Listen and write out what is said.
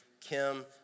Kim